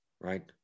right